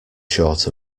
short